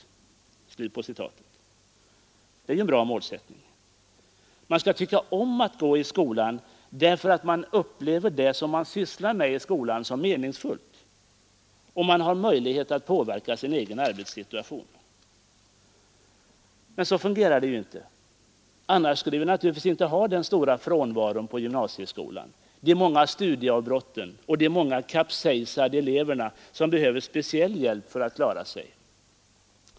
Det är ju en bra målsättning. Man skall tycka om att gå i skolan därför att man upplever det som man sysslar med där som meningsfullt, och man skall ha möjlighet att påverka sin egen arbetssituation. Men så fungerar det ju inte. Annars skulle vi naturligtvis inte ha den stora frånvaron på gymnasieskolan, de många studieavbrotten och de många kapsejsade eleverna som behöver speciell hjälp för att klara sig.